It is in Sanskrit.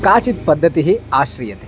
काचित् पद्धतिः आश्रीयते